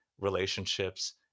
relationships